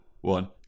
one